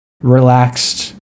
relaxed